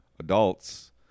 adults